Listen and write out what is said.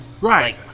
Right